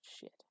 Shit